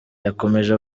yakomeje